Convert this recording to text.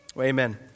Amen